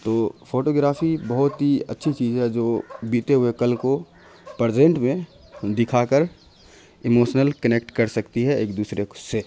تو فوٹوگررافی بہت ہی اچھی چیز ہے جو بیتے ہوئے کل کو پرزینٹ میں دکھا کر ایموشنل کنیکٹ کر سکتی ہے ایک دوسرے کو سے